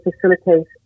facilitate